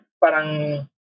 parang